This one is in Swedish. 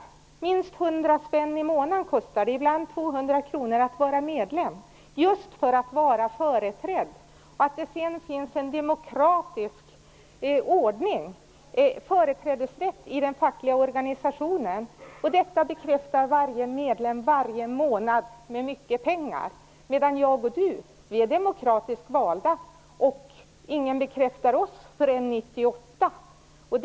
Det kostar minst 100 kr i månaden, ibland 200 kr, att vara medlem, att just vara företrädd. Det finns en demokratisk ordning, företrädesrätt, i den fackliga organisationen. Detta bekräftar varje medlem varje månad med mycket pengar. Du och jag däremot är demokratiskt valda. Ingen bekräftar oss förrän 1998.